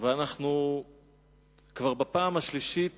ואנחנו כבר בפעם השלישית